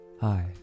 Hi